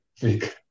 big